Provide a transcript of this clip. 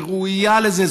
היא ראויה לזה.